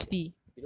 fail one subject